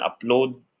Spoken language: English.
upload